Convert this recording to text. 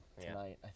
tonight